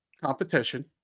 competition